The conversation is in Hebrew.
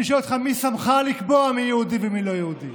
אני שואל אותך: מי שמך לקבוע מי יהודי ומי לא יהודי?